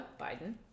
Biden